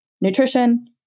nutrition